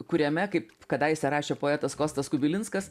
kuriame kaip kadaise rašė poetas kostas kubilinskas